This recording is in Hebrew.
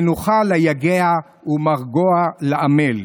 מנוחה ליגע ומרגוע לעמל.